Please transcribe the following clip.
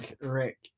Rick